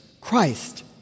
Christ